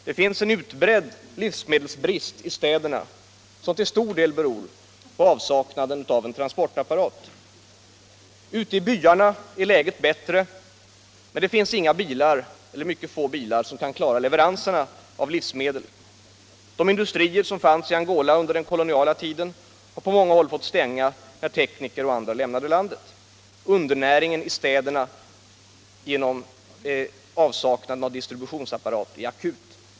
Det finns en utbredd livsmedelsbrist i städerna, vilken till stor del beror på avsaknaden av en transportapparat. Ute i byarna är läget bättre, men det finns inga eller mycket få bilar för att klara leveranserna av livsmedel. De industrier som fanns i Angola under den koloniala tiden har på många håll fått stänga när tekniker och andra lämnat landet. Undernäringen i städerna genom avsaknaden av en transportapparat är akut.